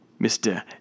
Mr